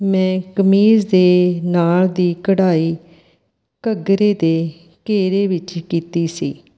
ਮੈਂ ਕਮੀਜ਼ ਦੇ ਨਾਲ ਦੀ ਕਢਾਈ ਘੱਗਰੇ ਦੇ ਘੇਰੇ ਵਿੱਚ ਕੀਤੀ ਸੀ